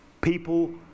people